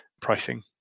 pricing